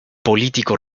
político